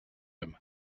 him